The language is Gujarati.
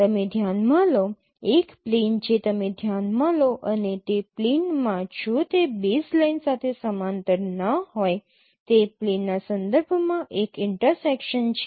તમે ધ્યાનમાં લો એક પ્લેન જે તમે ધ્યાનમાં લો અને તે પ્લેનમાં જો તે બેઝ લાઇન સાથે સમાંતર ન હોય તે પ્લેનના સંદર્ભમાં એક ઇન્ટરસેક્શન છે